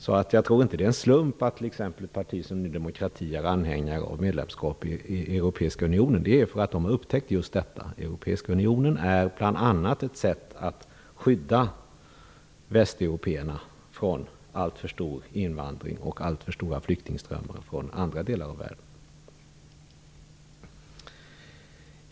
Jag tror inte att det är en slump att t.ex. ett parti som Ny demokrati är anhängare av medlemskap i Europeiska unionen. Det är för att man har upptäckt just detta. Europeiska unionen är bl.a. ett sätt att skydda västeuropeerna från alltför stor invandring och alltför stora flyktingströmmar från andra delar av världen.